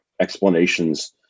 explanations